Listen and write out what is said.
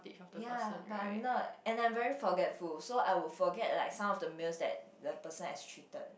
ya but I'm not and I very forgetful so I would forget like some of the meals that the person has treated